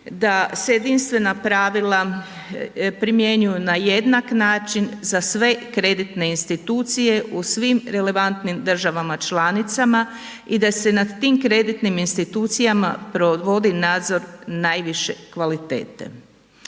da se jedinstvena pravila primjenjuju na jednak način za sve kreditne institucije u svim relevantnim državama članicama i da se nad kreditnim institucijama provodi nadzor naviše kvalitete.